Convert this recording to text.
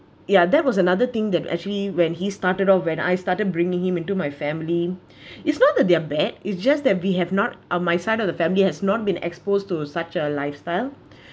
ya there was another thing that actually when he started out when I started bringing him into my family it's not that they're bad it's just that we have not on my side of the family has not been exposed to such a lifestyle